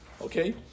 okay